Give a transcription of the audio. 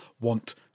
want